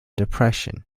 depression